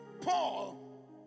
Paul